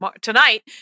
tonight